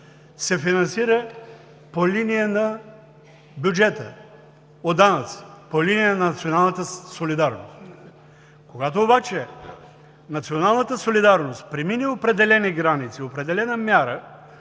се финансира по линия на бюджета, по данъци, по линия на националната солидарност. Когато обаче националната солидарност премине определени граници, определена мяра,